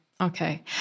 okay